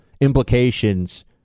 implications